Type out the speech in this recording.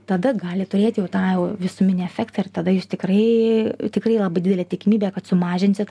tada gali turėt jau tą jau visuminį efektą ir tada jūs tikrai tikrai labai didelė tikimybė kad sumažinsit